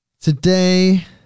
today